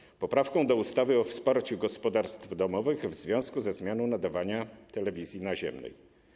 Chodzi o poprawkę do ustawy o wsparciu gospodarstw domowych w związku ze zmianą nadawania telewizji naziemnej.